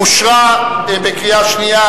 אושר בקריאה שנייה